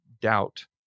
doubt